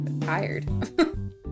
tired